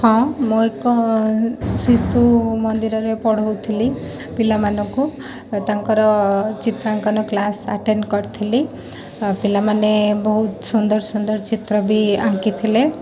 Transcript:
ହଁ ମୁଁ ଏକ ଶିଶୁ ମନ୍ଦିରରେ ପଢ଼ାଉଥିଲି ପିଲାମାନଙ୍କୁ ତାଙ୍କର ଚିତ୍ରାଙ୍କନ କ୍ଲାସ୍ ଆଟେଣ୍ଡ୍ କରିଥିଲି ପିଲାମାନେ ବହୁତ ସୁନ୍ଦର ସୁନ୍ଦର ଚିତ୍ର ବି ଆଙ୍କିଥିଲେ